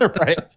right